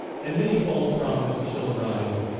and many false prophets shall arise,